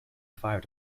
fire